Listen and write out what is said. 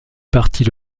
partie